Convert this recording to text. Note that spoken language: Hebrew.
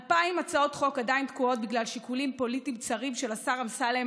2,000 הצעות חוק עדיין תקועות בגלל שיקולים פוליטיים צרים של השר אמסלם,